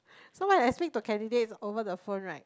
so when I speak to candidates over the phone right